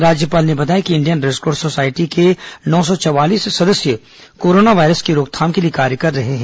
राज्यपाल ने बताया कि इंडियन रेडक्रॉस सोसायटी के नौ सौ चवालीस सदस्य कोरोना वायरस की रोकथाम के लिए कार्य कर रहे हैं